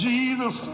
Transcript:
Jesus